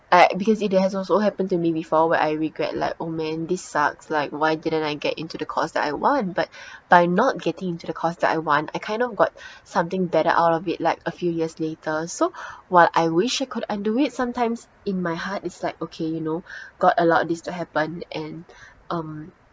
I because it has also happened to me before where I regret like oh man this sucks like why didn't I get into the course that I want but by not getting into the course that I want I kind of got something better out of it like a few years later so while I wish I could undo it sometimes in my heart is like okay you know god allowed this to happen and um